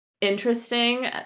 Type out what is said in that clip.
interesting